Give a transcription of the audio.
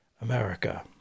america